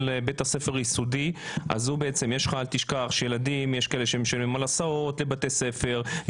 אל תשכח שיש הורים שמשלמים על הסעות לילדים בבתי הספר היסודיים.